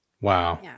Wow